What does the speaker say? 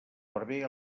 barber